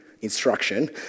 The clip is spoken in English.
instruction